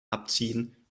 abziehen